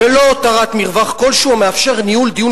בלא הותרת מרווח כלשהו המאפשר ניהול דיון